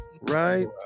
Right